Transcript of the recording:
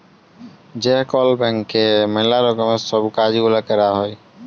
যে কল ব্যাংকে ম্যালা রকমের সব কাজ গুলা ক্যরা হ্যয়